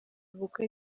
ubukwe